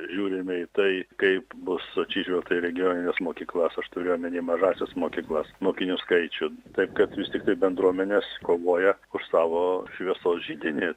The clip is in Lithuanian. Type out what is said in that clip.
žiūrime į tai kaip bus atsižvelgta į regionines mokyklas aš turiu omeny mažąsias mokyklas mokinių skaičių taip kad vis tiktai bendruomenės kovoja už savo šviesos židinį